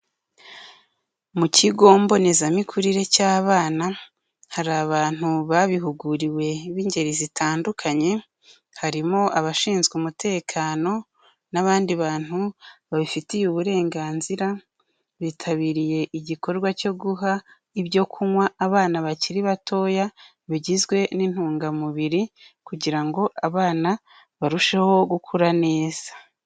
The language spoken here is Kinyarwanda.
Mu kigo mbonezamikurire cy'abana, hari abantu babihuguriwe b'ingeri zitandukanye, harimo abashinzwe umutekano n'abandi bantu babifitiye uburenganzira, bitabiriye igikorwa cyo guha ibyo kunywa abana bakiri batoya, bigizwe n'intungamubiri, kugira ngo abana barusheho gukura neza.